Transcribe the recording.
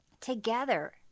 together